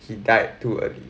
he died too early